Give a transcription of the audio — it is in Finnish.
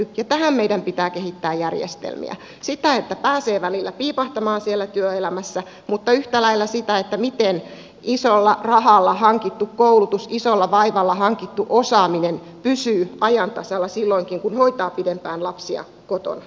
ja tähän meidän pitää kehittää järjestelmiä sitä että pääsee välillä piipahtamaan siellä työelämässä mutta yhtä lailla sitä miten isolla rahalla hankittu koulutus isolla vaivalla hankittu osaaminen pysyy ajan tasalla silloinkin kun hoitaa pidempään lapsia kotona